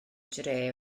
dre